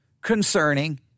concerning